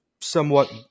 somewhat